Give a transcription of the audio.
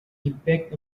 impact